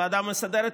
הוועדה המסדרת,